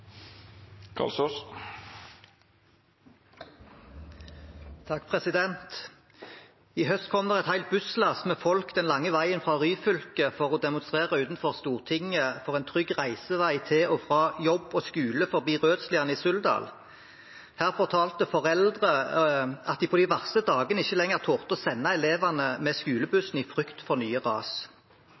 å demonstrere utenfor Stortinget for en trygg reisevei til og fra jobb og skole forbi Rødsliane i Suldal. Da fortalte foreldre at de på de verste dagene ikke lenger turte å sende elevene med skolebussen i frykt for nye ras.